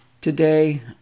Today